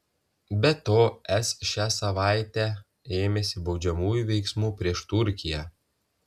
be to es šią savaitę ėmėsi baudžiamųjų veiksmų prieš turkiją